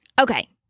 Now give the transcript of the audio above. okay